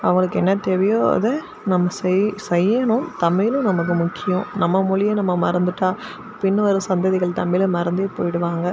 அவங்களுக்கு என்ன தேவையோ அதை நம்ம செய் செய்யணும் தமிழும் நமக்கு முக்கியம் நம்ம மொழியை நம்ம மறந்துவிட்டா பின்வரும் சந்ததிகள் தமிழை மறந்தே போய்விடுவாங்க